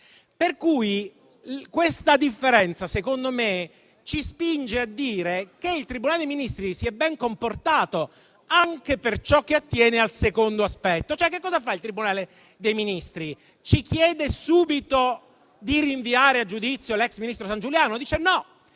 Questa differenza, secondo me, ci spinge a dire che il Tribunale dei Ministri si è ben comportato anche per ciò che attiene al secondo aspetto. Il Tribunale dei Ministri ci chiede subito di rinviare a giudizio l'ex ministro Sangiuliano? No,